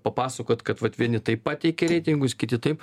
papasakot kad vat vieni taip pateikia reitingus kiti taip